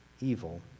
evil